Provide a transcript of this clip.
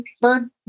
bird